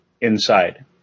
Inside